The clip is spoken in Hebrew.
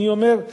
אני אומר: